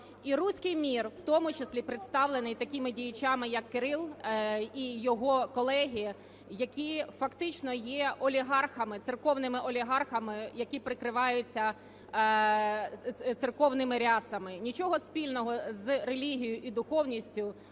І "русский мир" в тому числі представлений такими діячами як Кирило і його колеги, які фактично є олігархами, церковними олігархами, які прикриваються церковними рясами, нічого спільного з релігією і духовністю